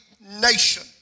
nation